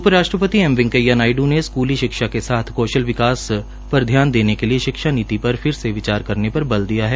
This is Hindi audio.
उपराष्ट्रपति एम वैकेंया नायड्र ने स्कूली शिक्षा के साथ कौशल विकास पर ध्यान देने के लिए शिक्षा नीति पर फिर से विचार करने पर बल दिया है